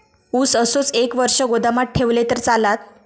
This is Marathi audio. ऊस असोच एक वर्ष गोदामात ठेवलंय तर चालात?